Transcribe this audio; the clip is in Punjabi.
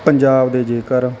ਪੰਜਾਬ ਦੇ ਜੇਕਰ